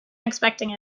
expecting